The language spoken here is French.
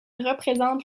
représente